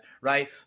right